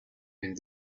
and